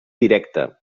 directa